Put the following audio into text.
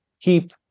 keep